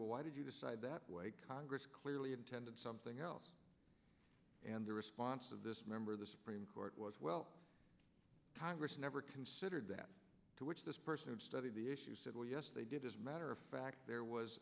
well why did you decide that way congress clearly intended something else and the response of this member of the supreme court was well congress never considered that to which this person studied the issue said well yes they did as a matter of fact there was